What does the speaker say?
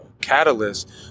catalyst